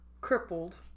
crippled